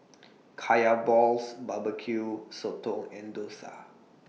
Kaya Balls B B Q Sotong and Dosa